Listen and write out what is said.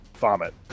vomit